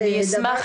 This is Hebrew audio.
אני אשמח,